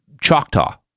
Choctaw